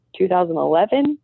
2011